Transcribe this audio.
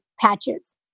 patches